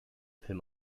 film